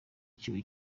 icyuho